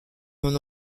mon